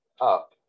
up